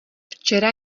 včera